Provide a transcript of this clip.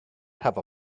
have